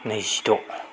नैजिद'